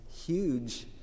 huge